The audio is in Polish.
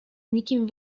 nikim